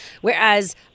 whereas